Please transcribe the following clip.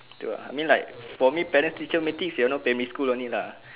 do ah I mean like for me parents teacher meeting you know primary school only lah